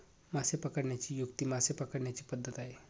मासे पकडण्याची युक्ती मासे पकडण्याची पद्धत आहे